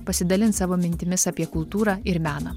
pasidalins savo mintimis apie kultūrą ir meną